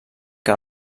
que